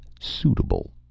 suitable